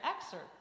excerpt